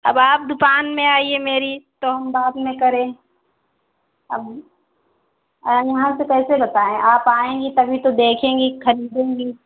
अब आप दुकान में आइए मेरी तो हम बाद में करें अब अरे हाँ तो कैसे बताएं आप आएंगी तभी तो देखेंगी ख़रीदेंगी